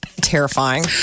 Terrifying